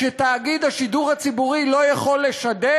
שתאגיד השידור הציבורי לא יכול לשדר,